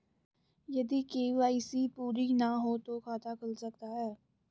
यदि के.वाई.सी पूरी ना हो तो खाता खुल सकता है?